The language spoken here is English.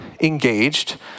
engaged